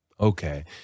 Okay